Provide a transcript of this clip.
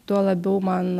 tuo labiau man